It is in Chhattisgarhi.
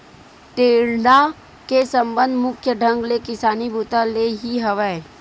टेंड़ा के संबंध मुख्य ढंग ले किसानी बूता ले ही हवय